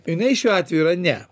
jinai šiuo atveju yra ne